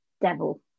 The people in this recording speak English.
devil